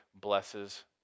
blesses